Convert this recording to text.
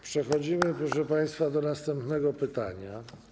Przechodzimy, proszę państwa, do następnego pytania.